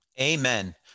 Amen